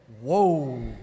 whoa